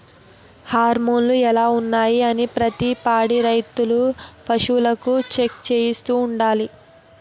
హార్మోన్లు ఎలా ఉన్నాయి అనీ ప్రతి పాడి రైతు పశువులకు చెక్ చేయిస్తూ ఉండాలి